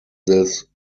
this